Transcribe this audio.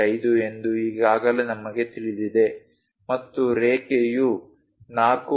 5 ಎಂದು ಈಗಾಗಲೇ ನಮಗೆ ತಿಳಿದಿದೆ ಮತ್ತು ರೇಖೆಯು 4